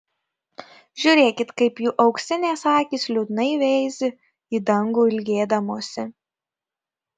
žiūrėkit kaip jų auksinės akys liūdnai veizi į dangų ilgėdamosi